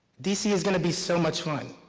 d c. is going to be so much fun!